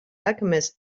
alchemist